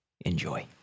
Enjoy